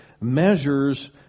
measures